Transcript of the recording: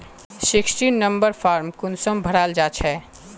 Sixteen number form कुंसम भराल जाछे?